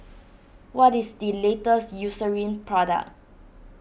what is the latest Eucerin product